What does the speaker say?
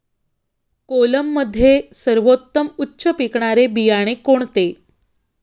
कोलममध्ये सर्वोत्तम उच्च पिकणारे बियाणे कोणते?